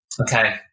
Okay